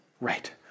Right